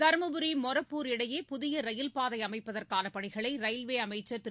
தருமபுரி மொரப்பூர் இடையே புதிய ரயில்பாதை அமைப்பதற்கான பணிகளை ரயில்வே அமைச்சர் திரு